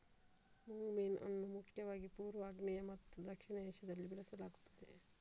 mung bean ಅನ್ನು ಮುಖ್ಯವಾಗಿ ಪೂರ್ವ, ಆಗ್ನೇಯ ಮತ್ತು ದಕ್ಷಿಣ ಏಷ್ಯಾದಲ್ಲಿ ಬೆಳೆಸಲಾಗುತ್ತದೆ